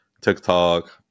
TikTok